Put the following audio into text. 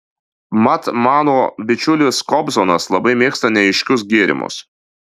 mat mano bičiulis kobzonas labai mėgsta neaiškius gėrimus